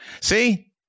See